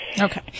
Okay